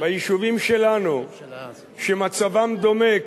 ביישובים שלנו שמצבם דומה,